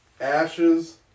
Ashes